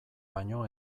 baino